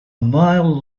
mile